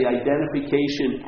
identification